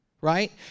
right